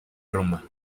roma